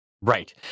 Right